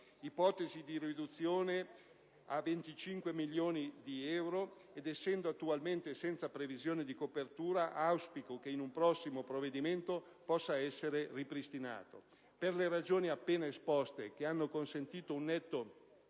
l'ipotesi di riduzione era di 25 milioni di euro ed essendo attualmente senza previsione di copertura finanziaria, auspico che in un prossimo provvedimento possa essere ripristinato. Per le ragioni appena esposte, che hanno consentito un netto